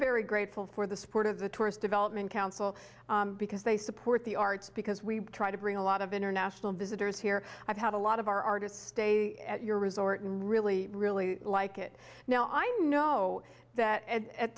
very grateful for the support of the tourist development council because they support the arts because we try to bring a lot of international visitors here i've had a lot of our artists stay at your resort and really really like it now i know that at